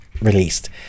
released